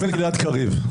הוא התכוון לגלעד קריב.